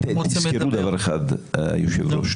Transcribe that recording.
תזכרו דבר אחד, היושב ראש.